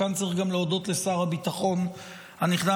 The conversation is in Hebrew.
כאן גם צריך להודות לשר הביטחון הנכנס,